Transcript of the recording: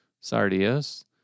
sardius